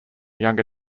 younger